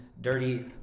dirty